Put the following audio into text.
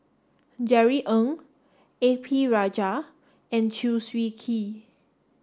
Jerry Ng A P Rajah and Chew Swee Kee